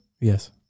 Yes